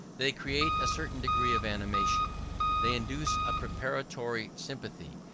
they create a certain degree of animation they induce a preparatory sympathy,